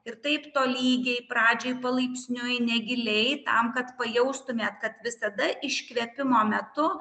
ir taip tolygiai pradžiai palaipsniui negiliai tam kad pajaustumėt kad visada iškvėpimo metu